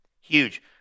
huge